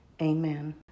Amen